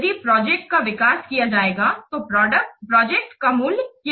यदि प्रोजेक्ट का विकास किया जाएगा तो प्रोजेक्ट का मूल्य क्या होगा